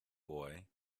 boy